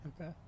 Okay